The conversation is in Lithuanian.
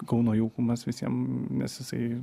kauno jaukumas visiem nes jisai